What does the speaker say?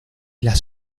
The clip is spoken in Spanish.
las